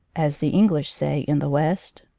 as the english say, in the west.